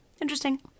Interesting